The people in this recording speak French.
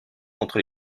contre